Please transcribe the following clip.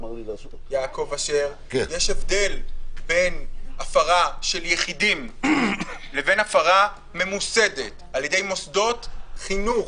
יש הבדל בין הפרה של יחידים לבין הפרה ממוסדת על ידי מוסדות חינוך,